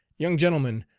young gentlemen,